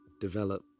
develop